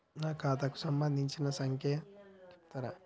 నా ఖాతా కు సంబంధించిన సంఖ్య ను చెప్తరా?